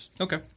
Okay